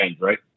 right